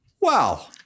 Wow